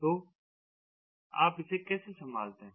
तो आप इसे कैसे संभालते हैं